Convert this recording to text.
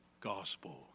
gospel